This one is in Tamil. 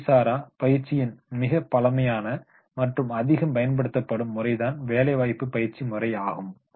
முறைசாரா பயிற்சியின் மிகப்பழமையான மற்றும் அதிகம் பயன்படுத்தப்படும் முறைதான் வேலைவாய்ப்பு பயிற்சி முறையாகும்